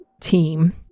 team